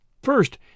First